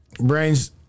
Brains